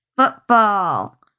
Football